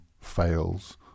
fails